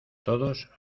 todos